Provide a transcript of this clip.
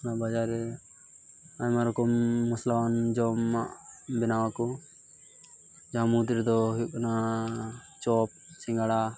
ᱚᱱᱟ ᱵᱟᱡᱟᱨ ᱨᱮ ᱟᱭᱢᱟ ᱨᱚᱠᱚᱢ ᱢᱚᱥᱞᱟᱣᱟᱱ ᱡᱚᱢᱟᱜ ᱵᱮᱱᱟᱣᱟᱠᱚ ᱡᱟᱦᱟᱸ ᱢᱩᱫᱽ ᱨᱮᱫᱚ ᱦᱩᱭᱩᱜ ᱠᱟᱱᱟ ᱪᱚᱯ ᱥᱤᱜᱟᱺᱲᱟ